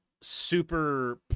super